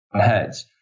heads